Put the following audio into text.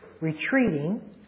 retreating